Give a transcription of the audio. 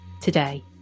today